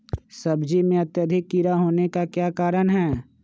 सब्जी में अत्यधिक कीड़ा होने का क्या कारण हैं?